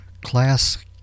class